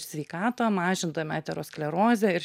sveikatą mažindami aterosklerozę ir